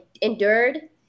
endured